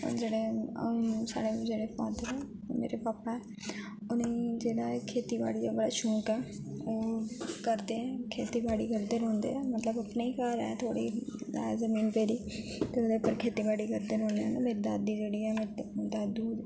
साढ़े जेह्ड़े पंत ने ओह् मेरे पापा ऐ होने जेह्ड़ा ऐ खेती बाड़ी दा बड़ा शौक ऐ करदे न खेती बाड़ी करदे रोहंदे न मतलब अपने घर गे थोह्ड़ी ऐ जमीन पेदी ते ओह्दे उप्पर खेती बाड़ी करदे रोहंदे न मेरी दादी जेह्ड़ी ऐ दादु